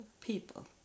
people